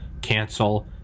cancel